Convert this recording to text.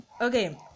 okay